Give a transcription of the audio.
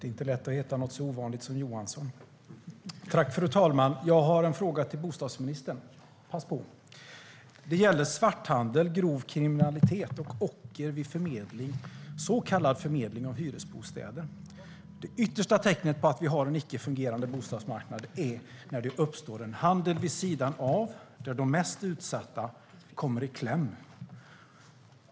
Fru talman! Jag har en fråga till bostadsministern - pass på! Den gäller svarthandel, grov kriminalitet och ocker vid så kallad förmedling av hyresbostäder. Det yttersta tecknet på att vi har en icke fungerande bostadsmarknad är när det uppstår en handel vid sidan av, där de mest utsatta kommer i kläm.